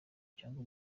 cyangwa